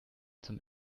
zum